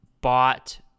bought